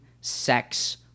sex